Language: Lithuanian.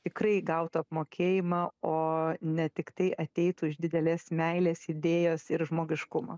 tikrai gautų apmokėjimą o ne tiktai ateitų iš didelės meilės idėjos ir žmogiškumo